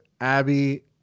Abby